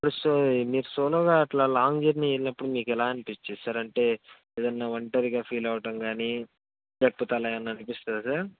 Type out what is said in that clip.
plus మీకు solo గా అట్లా లాంగ్ జర్నీ వెళ్ళినపుడు మీకు ఎలా అనిపించేది సార్ అంటే ఏదన్నా ఒంటరిగా ఫీల్ అవ్వటంగానీ లేకపోతే అలా ఏమన్నా అనిపిస్తుందా సార్